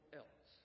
else